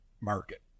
market